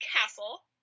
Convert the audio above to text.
castle